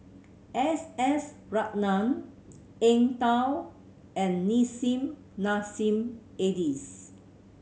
S S Ratnam Eng Tow and Nissim Nassim Adis